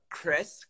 Chris